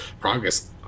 progress